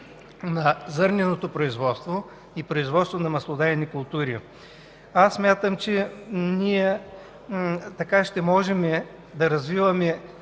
на зърненото производство и производство на маслодайни култури. Смятам, че ние ще можем да развиваме